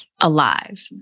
alive